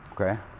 Okay